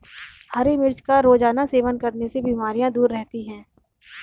हरी मिर्च का रोज़ाना सेवन करने से बीमारियाँ दूर रहती है